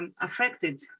affected